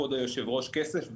כבוד היושב-ראש כסף ב"ביט",